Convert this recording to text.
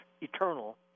eternal